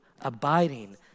abiding